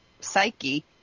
psyche